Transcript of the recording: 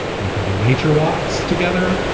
you can do nature walks together.